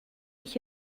ich